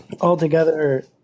altogether